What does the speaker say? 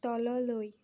তললৈ